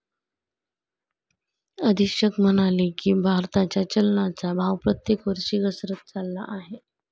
अधीक्षक म्हणाले की, भारताच्या चलनाचा भाव प्रत्येक वर्षी घसरत चालला आहे